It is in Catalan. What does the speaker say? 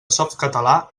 softcatalà